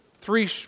three